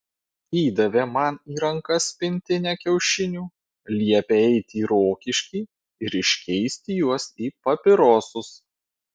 įdavė man į rankas pintinę kiaušinių liepė eiti į rokiškį ir iškeisti juos į papirosus